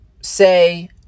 say